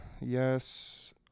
yes